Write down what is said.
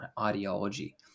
ideology